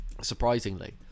surprisingly